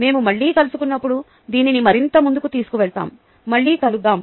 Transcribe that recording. మేము మళ్ళీ కలుసుకున్నప్పుడు దీనిని మరింత ముందుకు తీసుకువెళ్దాము మళ్ళీ కలుదాము